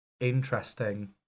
Interesting